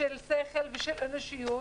שכל ואנושיות